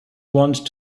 want